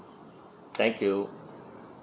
thank you